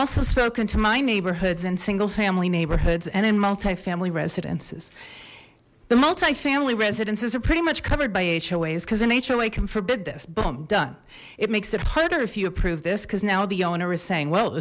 also spoken to my neighborhoods and single family neighborhoods and in multifamily residences the multifamily residences are pretty much covered by hoas because in hoa can forbid this boom done it makes it harder if you approve this cuz now the owner is saying well